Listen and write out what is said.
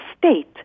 state